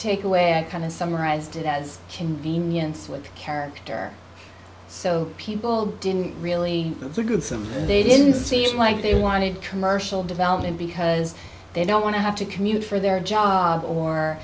take away i kind of summarized it as convenience with the character so people didn't really goodsome and they didn't see it like they wanted commercial development because they don't want to have to commute for their job or